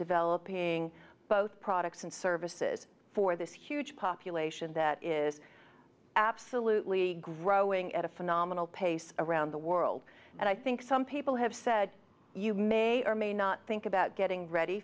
developing both products and services for this huge population that is absolutely growing at a phenomenal pace around the world and i think some people have said you may or may not think about getting ready